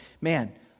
man